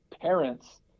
parents